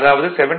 அதாவது 74